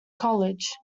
college